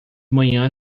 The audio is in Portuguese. manhã